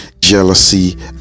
jealousy